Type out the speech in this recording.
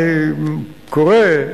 אני קורא,